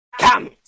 Come